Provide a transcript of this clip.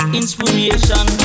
inspiration